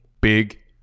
big